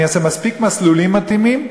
אני אעשה מספיק מסלולים מתאימים,